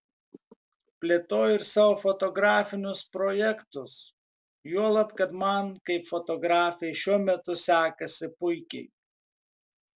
plėtoju ir savo fotografinius projektus juolab kad man kaip fotografei šiuo metu sekasi puikiai